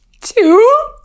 two